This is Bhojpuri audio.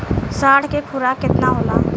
साँढ़ के खुराक केतना होला?